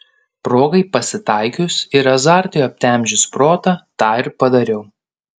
progai pasitaikius ir azartui aptemdžius protą tą ir padariau